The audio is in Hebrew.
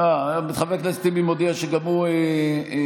חבר הכנסת טיבי מודיע שגם הוא תומך,